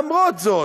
למרות זאת,